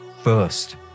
first